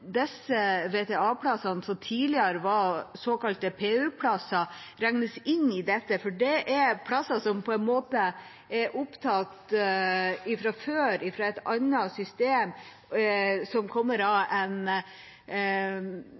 disse VTA-plassene, som tidligere var såkalte PU-plasser, regnes inn i det. Det er plasser som er opptatt fra før, i et annet system, og det kommer av